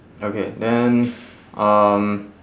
okay then um